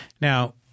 Now